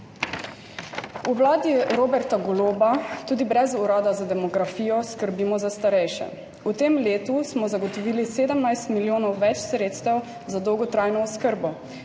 V vladi Roberta Goloba tudi brez Urada za demografijo skrbimo za starejše. V tem letu smo zagotovili 17 milijonov več sredstev za dolgotrajno oskrbo,